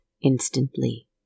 Instantly